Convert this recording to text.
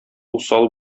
усал